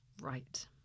right